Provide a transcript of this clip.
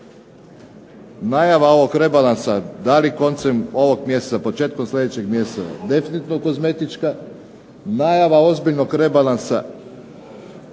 Najava ovog rebalansa da li koncem ovog mjeseca, početkom sljedećeg mjeseca definitivno kozmetička. Najava ozbiljnog rebalans